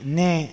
ne